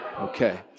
Okay